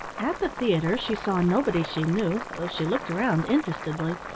at the theatre she saw nobody she knew, though she looked round interestedly,